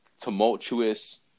tumultuous